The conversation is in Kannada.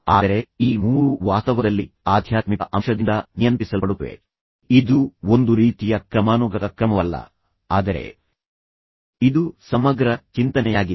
ಆದರೆ ಈ ಮೂರೂ ವಾಸ್ತವದಲ್ಲಿ ಆಧ್ಯಾತ್ಮಿಕ ಅಂಶದಿಂದ ನಿಯಂತ್ರಿಸಲ್ಪಡುತ್ತವೆ ಇದು ಒಂದು ರೀತಿಯ ಕ್ರಮಾನುಗತ ಕ್ರಮವಲ್ಲ ಆದರೆ ಇದು ಸಮಗ್ರ ಚಿಂತನೆಯಾಗಿದೆ